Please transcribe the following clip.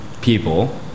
people